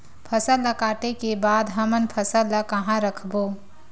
फसल ला काटे के बाद हमन फसल ल कहां रखबो?